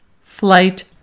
flight